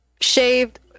shaved